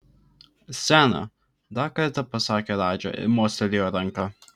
sena dar kartą pasakė radža ir mostelėjo ranka